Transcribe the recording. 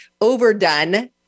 overdone